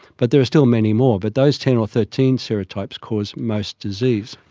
but there are still many more, but those ten or thirteen serotypes cause most disease.